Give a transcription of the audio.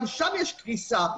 גם שם יש קריסה.